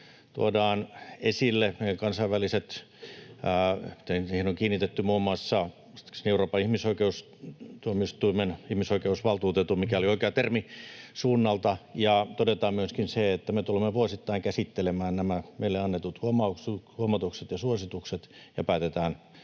tuodaan esille. Siihen on kiinnitetty huomiota muistaakseni muun muassa Euroopan ihmisoikeustuomioistuimen ihmisoikeusvaltuutetun suunnalta — mikä lie oikea termi. Todetaan myöskin se, että me tulemme vuosittain käsittelemään nämä meille annetut huomautukset ja suositukset ja päätetään